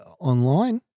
online